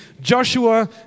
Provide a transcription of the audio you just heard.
Joshua